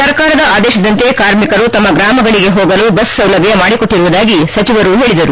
ಸರ್ಕಾರದ ಆದೇಶದಂತೆ ಕಾರ್ಮಿಕರು ತಮ್ಮ ಗ್ರಾಮಗಳಿಗೆ ಹೋಗಲು ಬಸ್ ಸೌಲಭ್ಯ ಮಾಡಿಕೊಟ್ಟಿರುವುದಾಗಿ ಸಚಿವರು ಹೇಳಿದರು